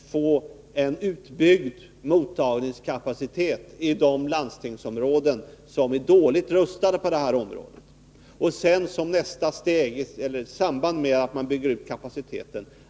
till en utbyggnad av mottagningskapaciteten i de landstingsområden som är dåligt rustade på detta område, dels till informationsinsatser i samband med att man bygger ut kapaciteten.